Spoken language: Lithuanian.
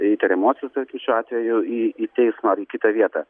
įtariamuosius tarkim šiuo atveju į į teismą ar į kitą vietą